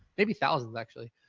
maybe thousands actually,